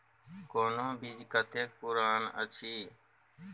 कोनो बीज कतेक पुरान अछि?